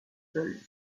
seule